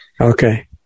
Okay